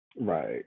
Right